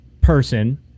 person